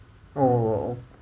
orh